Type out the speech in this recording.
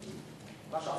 אתה בא